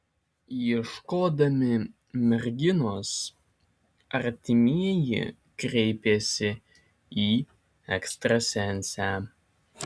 ieškodami merginos artimieji kreipėsi į ekstrasensę